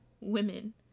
Women